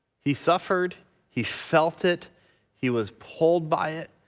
he suffered he felt it he was pulled by it